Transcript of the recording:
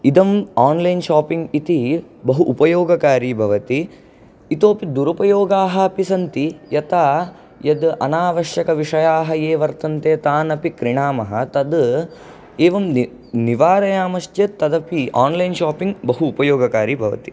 इदम् online shopping इति बहु उपयोगकारि बवति इतोऽपि दुरुपयोगाः अपि सन्ति यता यद् अनावश्यकविषयाः ये वर्तन्ते तान् अपि क्रीणामः तद् एवं निर् निवारयामश्चेत् तदपि आन्लैन् शापिङ्ग् बहु उपयोगकारी भवति